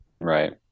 Right